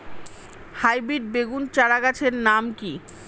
Hybrid বেগুন চারাগাছের নাম কি?